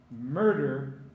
murder